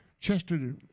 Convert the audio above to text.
Chester